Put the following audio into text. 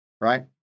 Right